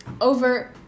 over